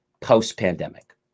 post-pandemic